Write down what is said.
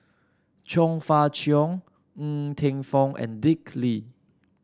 Chong Fah Cheong Ng Teng Fong and Dick Lee